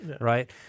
right